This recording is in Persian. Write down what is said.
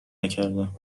نکردم